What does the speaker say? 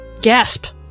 Gasp